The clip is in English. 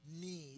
need